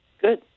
Good